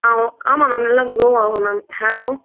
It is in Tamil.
ஆ ஓ ஆமாம் மேம் நல்லா க்ரோவாகும் மேம் ஹேரும்